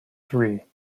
three